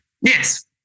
Yes